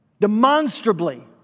demonstrably